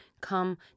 come